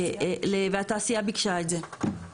והתעשייה ביקשה את זה.